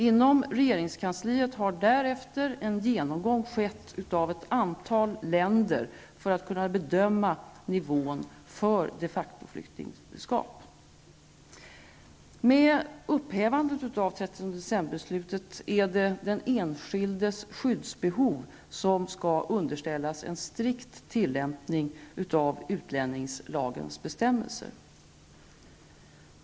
Inom regeringskansliet har därefter en genomgång skett av ett antal länder för att man skall kunna bedöma nivån för de facto-flyktingskap. Med upphävandet av 13 december-beslutet är det den enskildes skyddsbehov som skall underställas en strikt tillämpning av utlänningslagens bestämmelser.